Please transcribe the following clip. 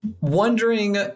Wondering